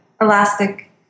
elastic